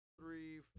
three